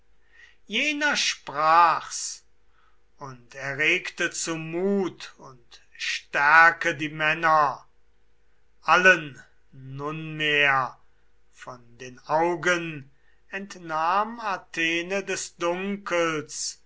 jener sprach's und erregte zu mut und stärke die männer allen nunmehr von den augen entnahm athene des dunkels